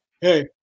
Hey